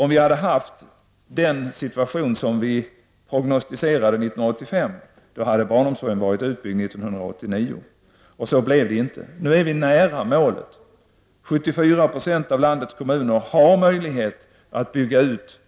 Om situationen varit sådan den prognostiserades 1985, hade barnomsorgen varit utbyggd 1989. Men så blev det inte. Nu är vi nära målet. 74 % av landets kommuner har möjlighet att bygga ut